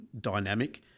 dynamic